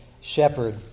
shepherd